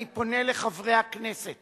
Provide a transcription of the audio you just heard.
אני פונה אל חברי הכנסת